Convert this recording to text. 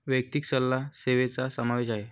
वैयक्तिक सल्ला सेवेचा समावेश आहे